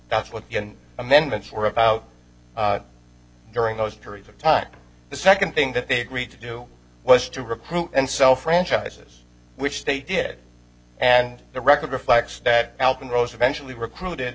that's what amendments were about during those period of time the second thing that they agreed to do was to recruit and sell franchises which they did and the record reflects that album rose eventually recruited